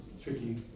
tricky